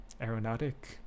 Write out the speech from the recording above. aeronautic